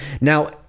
Now